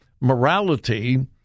morality